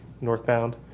northbound